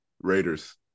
Raiders